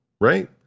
right